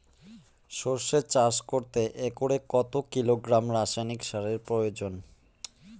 সরষে চাষ করতে একরে কত কিলোগ্রাম রাসায়নি সারের দরকার?